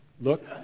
look